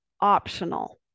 optional